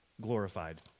glorified